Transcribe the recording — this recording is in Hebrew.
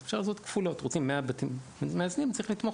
אז אפשר לעשות כפולות: רוצים 100 בתים מאזנים - צריך לתמוך